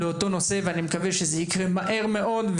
ואני מקווה שזה יקרה מהר מאוד,